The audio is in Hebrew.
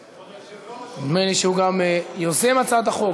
כבוד היושב-ראש, נדמה לי שהוא גם יוזם הצעת החוק.